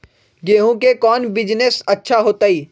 गेंहू के कौन बिजनेस अच्छा होतई?